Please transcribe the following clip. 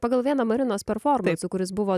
pagal vieną marinos performansų kuris buvo